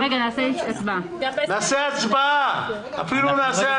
נעשה הצבעה אפילו.